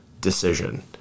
decision